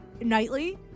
nightly